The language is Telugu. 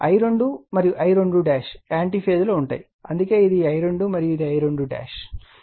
I2 మరియు I2 యాంటీ ఫేజ్లో ఉన్నాయి అందుకే ఇది I2 మరియు ఇది I2 అని చెప్పాను